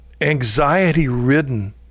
anxiety-ridden